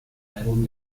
album